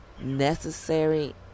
necessary